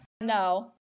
No